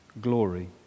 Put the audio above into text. Glory